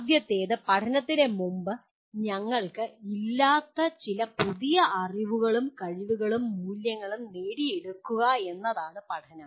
ആദ്യത്തേത് പഠനത്തിന് മുമ്പ് ഞങ്ങൾക്ക് ഇല്ലാത്ത ചില പുതിയ അറിവുകളും കഴിവുകളും മൂല്യങ്ങളും നേടിയെടുക്കുക എന്നതാണ് പഠനം